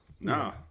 no